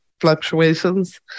fluctuations